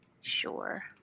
Sure